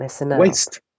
waste